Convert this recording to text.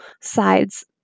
sides